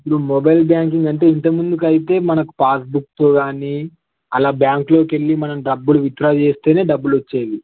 ఇప్పుడు mobile banking అంటే ఇంతకుముందుకు అయితే మనకు పాస్బుక్స్ గానీ అలా బ్యాంక్లోకెళ్ళి మనం డబ్బులు అలా విత్డ్రా చేస్తేనే డబ్బులు వచ్చేవి